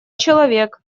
человек